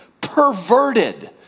perverted